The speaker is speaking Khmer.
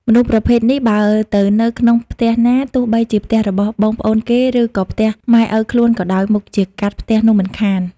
មនុស្សប្រភេទនេះ បើទៅនៅក្នុងផ្ទះណា ទោះបីជាផ្ទះរបស់បងប្អូនគេ ឬក៏ផ្ទះម៉ែឪខ្លួនក៏ដោយ មុខជា «កាត់» ផ្ទះនោះមិនខាន ។